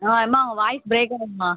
ஆ அம்மா உங்கள் voice break ஆகுதும்மா